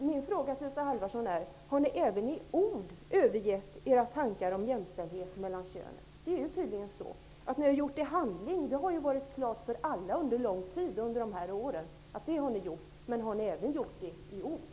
Min fråga till Isa Halvarsson blir då: Har ni även i ord övergett era tankar om jämställdheten mellan könen? Tydligen är det så. Att ni har övergett de tankarna i handling har under de här åren stått klart för alla. Men har ni alltså även gjort det i ord?